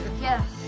Yes